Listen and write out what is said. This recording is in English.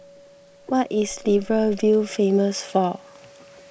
what is Libreville famous for